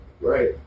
Right